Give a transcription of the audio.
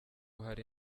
hari